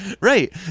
right